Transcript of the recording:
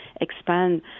expand